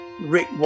Rick